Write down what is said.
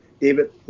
David